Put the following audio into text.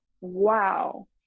wow